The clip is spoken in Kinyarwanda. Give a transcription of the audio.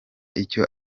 icyo